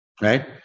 right